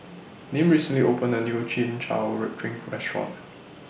Nim recently opened A New Chin Chow Drink Restaurant